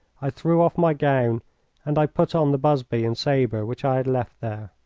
i threw off my gown and i put on the busby and sabre which i had left there.